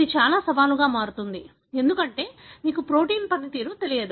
ఇది చాలా సవాలుగా మారుతుంది ఎందుకంటే మీకు ప్రోటీన్ పనితీరు తెలియదు